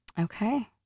Okay